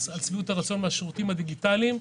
על שביעות הרצון מהשירותים הדיגיטליים,